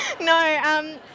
No